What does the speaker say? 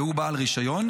והוא בעל רישיון.